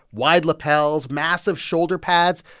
wide lapels, massive shoulder pads,